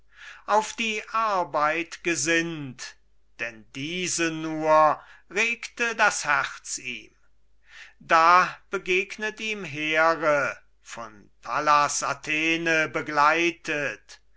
auf die arbeit gesinnt denn diese nur regte das herz ihm da begegnet ihm here von pallas athene begleitet